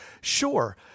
Sure